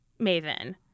maven